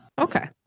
Okay